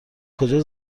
کجا